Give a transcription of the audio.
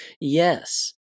Yes